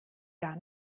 gar